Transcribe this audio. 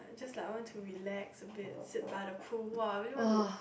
just like want to relax a bit sit by the pool !wah! really want to